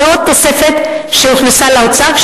זאת עוד תוספת שהוכנסה לאוצר.